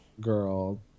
girl